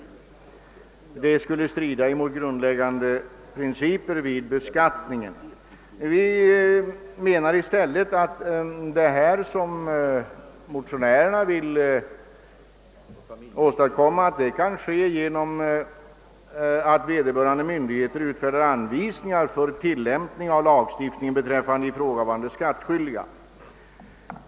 Detta skulle strida mot våra grundläggande principer för beskattningen. Vi menar att den ändring som motionärerna vill åstadkomma i stället kan ernås genom att vederbörande myndigheter utfärdar anvisningar för tillämpningen av lagstiftningen för ifrågavarande skattskyldiga.